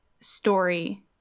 story